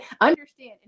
understand